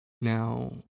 Now